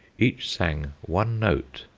each sang one note,